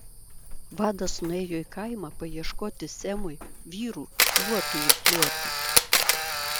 vadas nuėjo į kaimą paieškoti semui vyrų luotui irkluoti